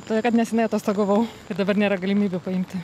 todėl kad neseniai atostogavau ir dabar nėra galimybių paimti